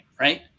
right